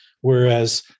whereas